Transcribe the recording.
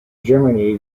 germany